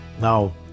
Now